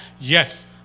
Yes